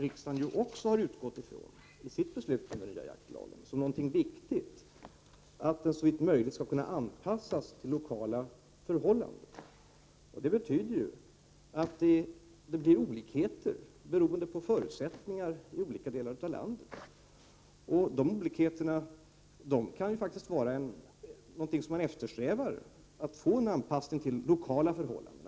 Riksdagen har också i sitt beslut om jaktlagen utgått från att det är viktigt att lagen såvitt möjligt anpassas till lokala förhållanden. Det medför att det blir olikheter beroende på förutsättningarna i de olika delarna av landet. De olikheterna kan faktiskt vara någonting som man eftersträvar, eftersom man därigenom kan få en anpassning till lokala förhållanden.